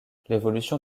l’évolution